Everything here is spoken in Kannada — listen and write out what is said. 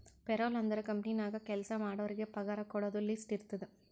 ಪೇರೊಲ್ ಅಂದುರ್ ಕಂಪನಿ ನಾಗ್ ಕೆಲ್ಸಾ ಮಾಡೋರಿಗ ಪಗಾರ ಕೊಡೋದು ಲಿಸ್ಟ್ ಇರ್ತುದ್